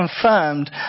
confirmed